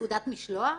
תעודת משלוח?